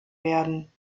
werden